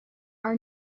our